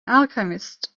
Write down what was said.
alchemist